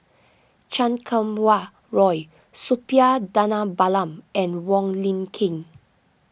Chan Kum Wah Roy Suppiah Dhanabalan and Wong Lin Ken